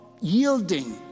yielding